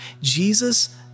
Jesus